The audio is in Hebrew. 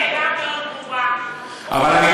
עם כל הכבוד, יש שאלה מאוד ברורה, אבל אני באמצע